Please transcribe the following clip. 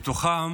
מתוכם